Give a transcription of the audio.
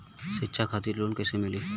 शिक्षा खातिर लोन कैसे मिली?